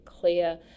clear